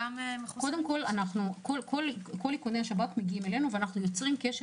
כל איכוני השב"כ מגיעים אלינו ואנחנו יוצרים קשר